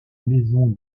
maison